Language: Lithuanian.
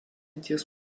ties